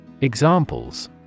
Examples